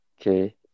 Okay